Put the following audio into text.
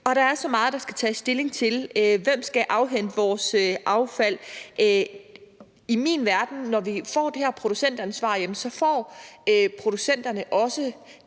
Der er så meget, der skal tages stilling til: Hvem skal afhente vores affald? Når vi får det her producentansvar, får producenterne også